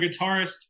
guitarist